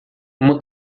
uma